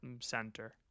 center